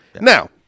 Now